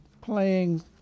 playing